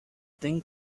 thing